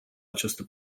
această